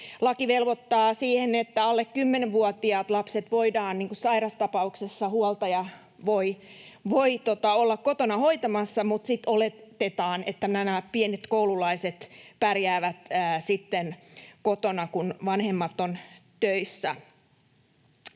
laki velvoittaa siihen, että alle kymmenvuotiaita lapsia huoltaja voi sairastapauksessa olla kotona hoitamassa, mutta sitten oletetaan, että nämä pienet koululaiset pärjäävät kotona, kun vanhemmat ovat töissä.